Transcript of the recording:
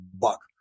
Buck